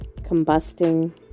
combusting